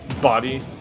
body